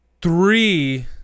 Three